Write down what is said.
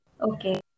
Okay